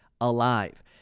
alive